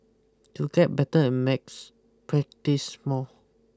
to get better at maths practise more